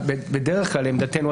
בדרך כלל לעמדתנו,